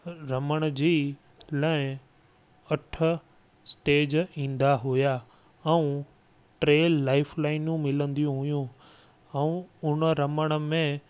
रमण जी लाइ अठ स्टेज ईंदा हुआ ऐं टे लाइफ लाइनूं मिलंदियूं हुयूं ऐं हुन रमण में